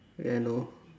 yeah I know